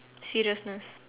seriousness